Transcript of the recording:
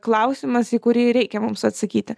klausimas į kurį reikia mums atsakyti